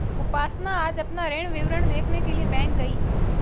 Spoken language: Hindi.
उपासना आज अपना ऋण विवरण देखने के लिए बैंक गई